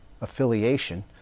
affiliation